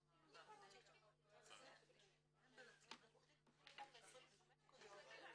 חברת הכנסת קסניה סבטלובה, חברת הוועדה.